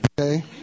okay